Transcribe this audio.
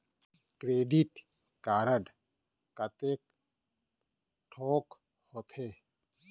Credit card कतेक ठोक होथे?